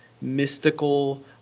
mystical